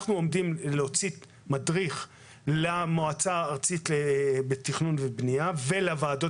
אנחנו הולכים לצאת עם מדריך למועצה הארצית לתכנון ובנייה ולוועדות